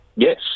Yes